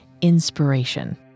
inspiration